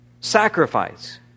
sacrifice